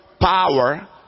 power